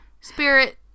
spirit